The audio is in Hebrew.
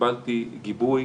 קיבלתי גיבוי,